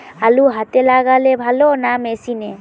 আলু হাতে লাগালে ভালো না মেশিনে?